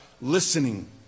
listening